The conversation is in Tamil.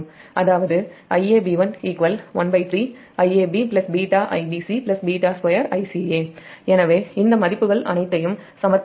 அதாவதுIab1 13 Iab β Ibc β2Ica எனவே இந்த மதிப்புகள் அனைத்தையும் சமர்ப்பிக்கவும்